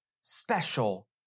special